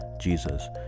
Jesus